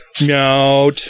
Meow